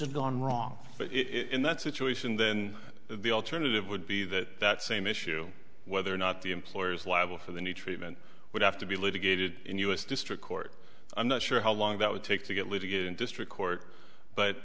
had gone wrong but it in that situation then the alternative would be that that same issue whether or not the employer's liable for the new treatment would have to be litigated in u s district court i'm not sure how long that would take to get litigated in district court but